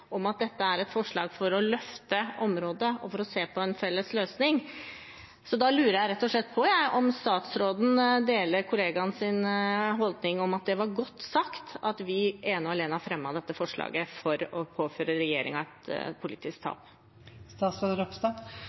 om – at dette er et forslag for å løfte området og for å se på en felles løsning, så da lurer jeg rett og slett på om statsråden deler sin kollegas holdning om at det var godt sagt at vi ene og alene har fremmet dette forslaget for å påføre regjeringen et politisk tap.